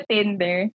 Tinder